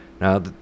Now